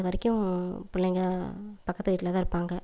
அது வரைக்கும் பிள்ளைங்க பக்கத்து வீட்டில்தான் இருப்பாங்க